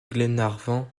glenarvan